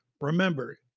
remember